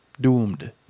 Doomed